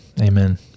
Amen